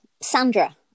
sandra